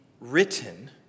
Written